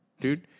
dude